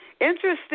Interesting